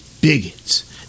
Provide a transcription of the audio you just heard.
bigots